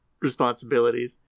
responsibilities